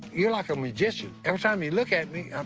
you're like a magician, every time you look at me,